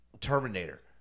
Terminator